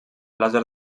làser